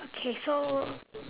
okay so